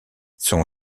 son